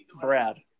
Brad